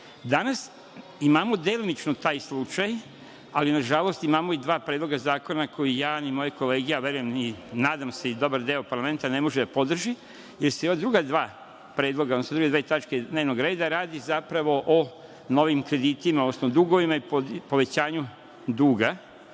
imamo delimično taj slučaj, ali na žalost imamo i dva predloga zakona koje ja i moje kolege, a verujem i nadam se i dobar deo parlamenta ne može da podrži, jer se u ova druga dva predloga, tačke dnevnog reda radi zapravo o novim kreditima, odnosno dugovima i povećanju duga,